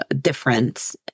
difference